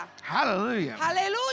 hallelujah